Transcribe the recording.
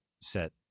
set